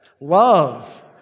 Love